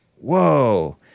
Whoa